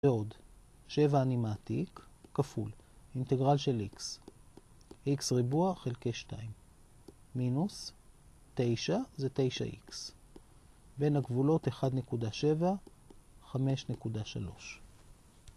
ועוד 7, אני מעתיק. כפול אינטגרל של x, x ריבוע חלקי 2, מינוס 9 זה 9x, בין הגבולות 1.7, 5.3.